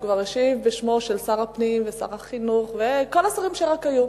הוא כבר השיב בשם שר הפנים ושר החינוך וכל השרים שרק היו.